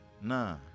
Nah